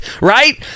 right